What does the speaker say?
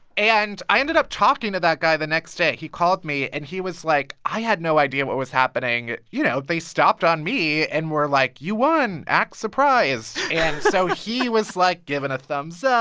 and i ended up talking to that guy the next day. he called me and he was like, i had no idea what was happening. you know, they stopped on me and were like, you won. act surprised. and so he was, like, giving a thumbs so